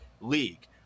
league